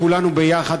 כולנו ביחד,